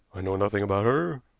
i know nothing about her,